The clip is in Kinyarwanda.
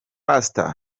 pastor